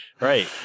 Right